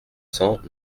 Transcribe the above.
cents